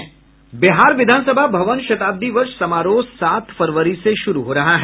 बिहार विधान सभा भवन शताब्दी वर्ष समारोह सात फरवरी से शुरू हो रहा है